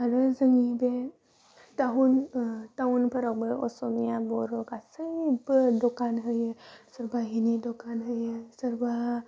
आरो जोंनि बे टाउननि टाउनफोरावबो असमिया बर' गासैबो दखान होयो सोरबा हैनै दखान होयो सोरबा